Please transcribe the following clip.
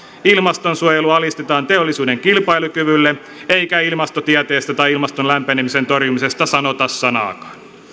ilmastonsuojelu alistetaan teollisuuden kilpailukyvylle eikä ilmastotieteestä tai ilmaston lämpenemisen torjumisesta sanota sanaakaan